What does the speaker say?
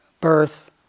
birth